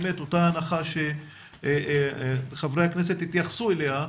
אותה הנחה שחברי הכנסת התייחסו אליה,